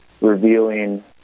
revealing